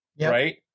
right